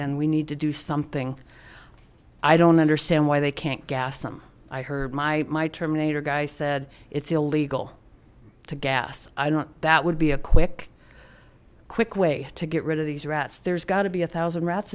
and we need to do something i don't understand why they can't gas them i heard my my terminator guy said it's illegal to gas i don't that would be a quick quick way to get rid of these rats there's got to be a thousand rats